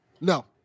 No